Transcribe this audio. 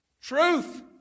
truth